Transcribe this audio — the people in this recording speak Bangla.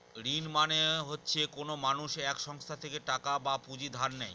ঋণ মানে হচ্ছে কোনো মানুষ এক সংস্থা থেকে টাকা বা পুঁজি ধার নেয়